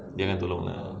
dia akan tolong ah